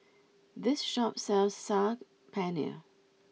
this shop sells Saag Paneer